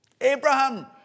Abraham